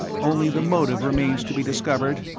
only the motive remains to be discovered,